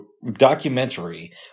documentary